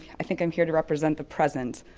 i think i'm here to represent the present.